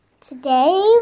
Today